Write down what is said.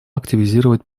активизировать